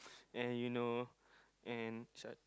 and you know and shut